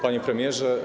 Panie Premierze!